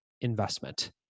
investment